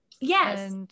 Yes